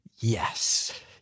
Yes